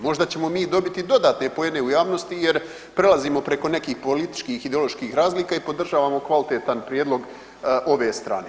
Možda ćemo mi dobiti dodatne poene u javnosti jer prelazimo preko nekih političkih i ideoloških razlika i podržavamo kvalitetan prijedlog ove strane.